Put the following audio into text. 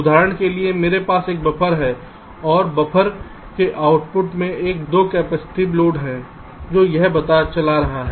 उदाहरण के लिए मेरे पास एक बफर है और बफर के आउटपुट में एक बड़ा कैपेसिटिव लोड है 2 कैपेसिटिव लोड हैं जो यह चला रहा है